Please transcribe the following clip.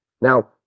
Now